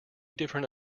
different